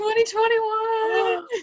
2021